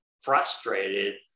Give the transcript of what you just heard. frustrated